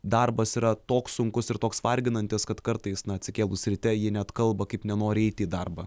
darbas yra toks sunkus ir toks varginantis kad kartais na atsikėlus ryte ji net kalba kaip nenori eiti į darbą